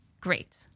great